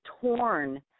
torn